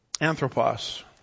Anthropos